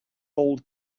old